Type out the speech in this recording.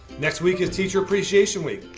next week is teacher appreciation week,